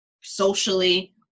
socially